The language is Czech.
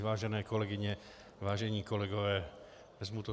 Vážené kolegyně, vážení kolegové, vezmu to zvolna.